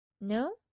No